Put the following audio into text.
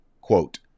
quote